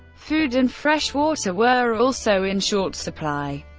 food and fresh water were also in short supply,